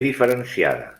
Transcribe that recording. diferenciada